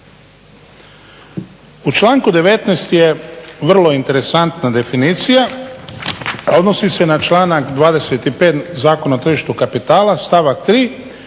U članku 19. je vrlo interesantna definicija, a odnosi se na članak 25. Zakona o tržištu kapitala stavak 3.: